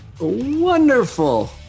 Wonderful